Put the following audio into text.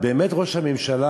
באמת ראש הממשלה,